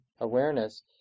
awareness